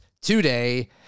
today